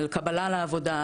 על קבלה לעבודה,